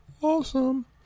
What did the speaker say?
awesome